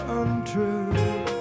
untrue